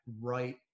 right